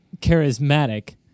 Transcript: Charismatic